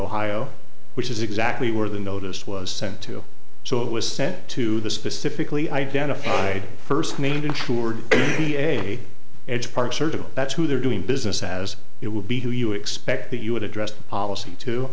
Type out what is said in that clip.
ohio which is exactly where the notice was sent to so it was sent to the specifically identified first named insured be a hedge park service that's who they're doing business as it will be who you expect that you would address the policy to